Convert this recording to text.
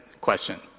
question